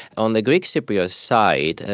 on the greek cypriot side,